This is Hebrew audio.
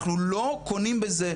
אנחנו לא קונים בזה,